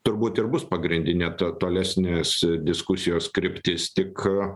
turbūt ir bus pagrindinė ta tolesnės diskusijos kryptis tik